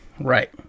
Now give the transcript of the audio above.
Right